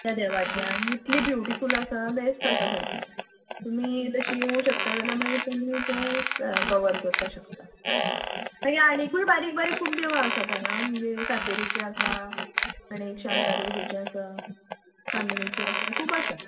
त्या देवाचें आनी इतलें ब्युटिफूल आसा बॅस्ट आसा सारकें तुमी तशीं येवंक शकता जाल्यार मागीर तुमी तें क कवर करपाक शकता मागीर आनीकूय बारीक बारीक खूब देवळां आसात हांगां म्हणजे सांतेरीचें आसा आणी एक शांतादुर्गेचें आसा खामणीचें आसा खूब आसा